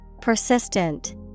Persistent